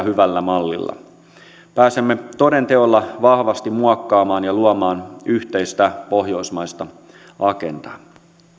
hyvällä mallilla pääsemme toden teolla vahvasti muokkaamaan ja luomaan yhteistä pohjoismaista agendaa